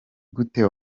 gute